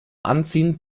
anziehen